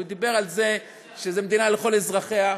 הוא דיבר על זה שזו מדינה לכל אזרחיה,